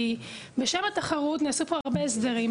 כי בשם התחרות נעשו פה הרבה הסדרים.